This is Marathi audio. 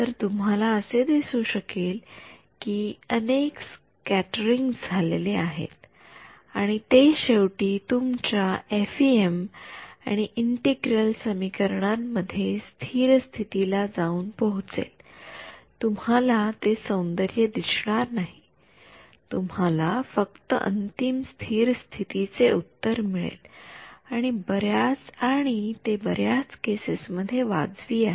तर तुम्हाला दिसू शकेल कि अनेक स्क्याट्रिंग्स झालेले आहेत आणि ते शेवटी तुमच्या एफइएम आणि इंटिग्रल समीकरणांमध्ये स्थिर स्थिती ला जाऊन पोहोचेल तुम्हाला ते सौन्दर्य दिसणार नाही तुम्हाला फक्त अंतिम स्थिर स्थिती चे उत्तर मिळेल आणि ते बऱ्याच केसेस मध्ये वाजवी आहे